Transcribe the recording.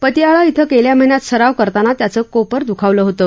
पटियाळा इथं गेल्या महिन्यात सराव करताना त्याचं कोपर दुखावलं होतं